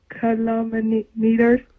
kilometers